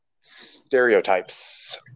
stereotypes